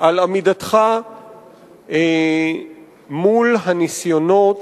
על עמידתך מול הניסיונות